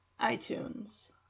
iTunes